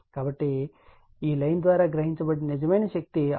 కాబట్టి ఈ లైన్ ద్వారా గ్రహించబడిన ఈ నిజమైన శక్తి 695